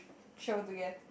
show together